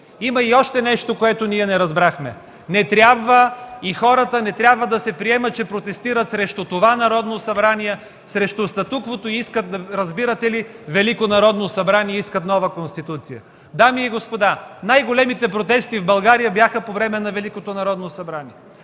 Има и още нещо, което ние не разбрахме. Не трябва да се приема, че хората протестират срещу това Народно събрание, срещу статуквото и искат, разбирате ли, Велико Народно събрание, и искат нова Конституция. Дами и господа, най-големите протести в България бяха по време на Великото Народно събрание.